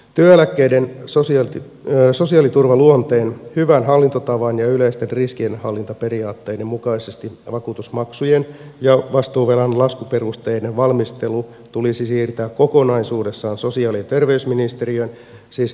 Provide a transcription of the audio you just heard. työeläkkeiden sosiaaliturvaluonteen hyvän hallintotavan ja yleisten riskienhallintaperiaatteiden mukaisesti vakuutusmaksujen ja vastuuvelan laskuperusteinen valmistelu tulisi siirtää kokonaisuudessaan sosiaali ja terveysministeriöön siis viranomaiselle